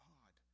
God